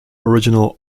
original